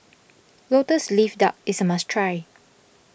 Lotus Leaf Duck is a must try